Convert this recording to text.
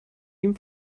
ihm